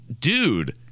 dude